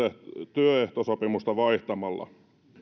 työehtosopimusta vaihtamalla